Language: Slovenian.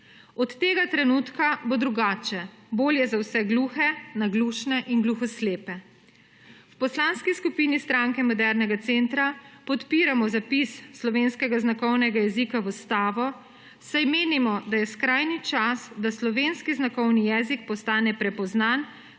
Od tega trenutka bo drugače, bolje za vse gluhe, naglušne in gluho slepe. V Poslanski skupini Stranke modernega centra podpiramo zapis slovenskega znakovnega jezika v Ustavo, saj menimo, da je skrajni čas, da slovenski znakovni jezik postane prepoznan